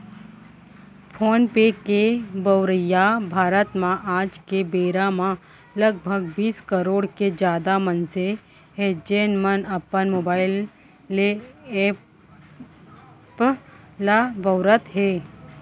phone पे के बउरइया भारत म आज के बेरा म लगभग बीस करोड़ ले जादा मनसे हें, जेन मन अपन मोबाइल ले ए एप ल बउरत हें